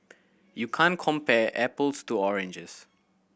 you can't compare apples to oranges